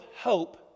hope